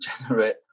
generate